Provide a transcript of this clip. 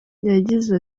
yagize